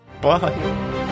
Bye